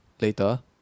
later